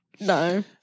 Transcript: No